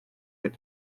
get